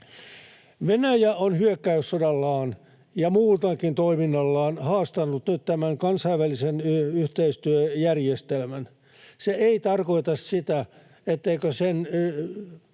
Venäjä on hyökkäyssodallaan ja muutoinkin toiminnallaan haastanut nyt tämän kansainvälisen yhteistyöjärjestelmän. Se ei tarkoita sitä, etteikö sen